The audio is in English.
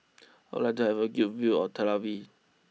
I would like to have a good view of Tel Aviv